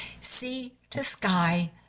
Sea-to-Sky